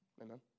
Amen